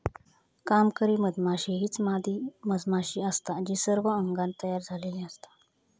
कामकरी मधमाशी हीच मादी मधमाशी असता जी सर्व अंगान तयार झालेली असता